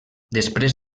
després